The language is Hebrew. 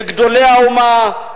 לגדולי האומה,